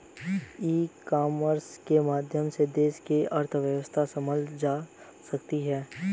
ई commerce के माध्यम से देश की अर्थव्यवस्था सबल बनाई जा सकती है